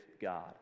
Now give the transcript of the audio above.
God